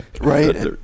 Right